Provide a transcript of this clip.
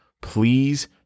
please